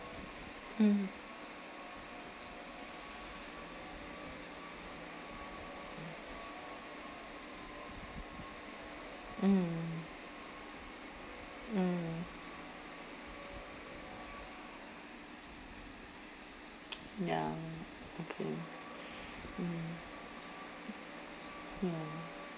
mm mm mm ya okay mm ya